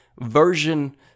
version